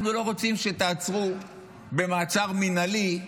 אנחנו לא רוצים שתעצרו במעצר מינהלי,